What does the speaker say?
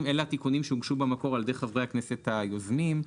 הפוליטיקה סוערת ויש המון עניינים ומתחים.